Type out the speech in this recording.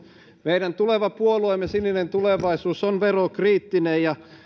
meidän tuleva puolueemme sininen tulevaisuus on verokriittinen ja